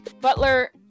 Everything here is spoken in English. Butler